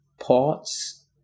ports